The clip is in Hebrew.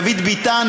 דוד ביטן,